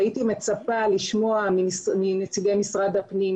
והייתי מצפה לשמוע מנציגי משרד הפנים,